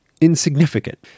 insignificant